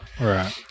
Right